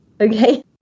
Okay